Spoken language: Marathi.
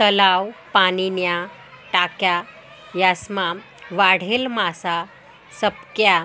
तलाव, पाणीन्या टाक्या यासमा वाढेल मासासपक्सा